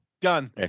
Done